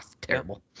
terrible